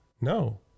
No